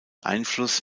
einfluss